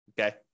okay